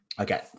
okay